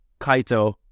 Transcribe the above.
kaito